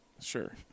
sure